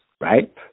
right